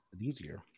easier